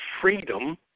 freedom